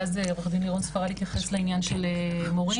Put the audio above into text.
ואז עו"ד לירון ספרד יתייחס לעניין של מורים,